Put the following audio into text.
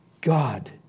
God